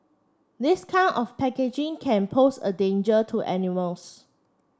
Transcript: this kind of packaging can pose a danger to animals